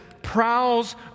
Prowls